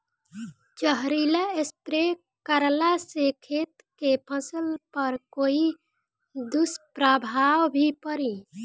जहरीला स्प्रे करला से खेत के फसल पर कोई दुष्प्रभाव भी पड़ी?